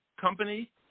company